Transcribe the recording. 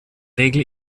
regel